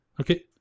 okay